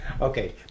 Okay